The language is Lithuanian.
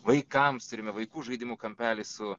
vaikams turime vaikų žaidimų kampelį su